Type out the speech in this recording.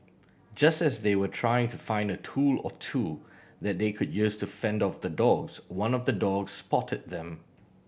just as they were trying to find a tool or two that they could use to fend off the dogs one of the dogs spotted them